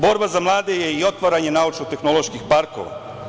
Borba za mlade je i otvaranje naučno-tehnološkog parka.